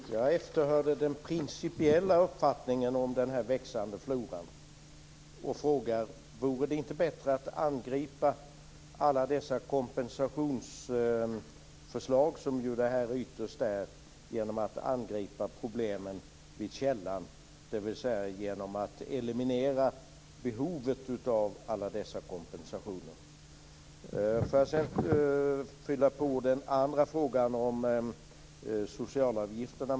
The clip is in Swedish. Fru talman! Jag efterhörde den principiella uppfattningen om den växande floran. Vore det inte bättre att angripa alla dessa kompensationsförslag - som detta ytterst är - genom att angripa problemen vid källan, dvs. genom att eliminera behovet av alla dessa kompensationer? Jag fyller på den andra frågan om socialavgifter.